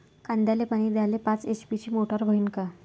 कांद्याले पानी द्याले पाच एच.पी ची मोटार मोटी व्हईन का?